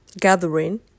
gathering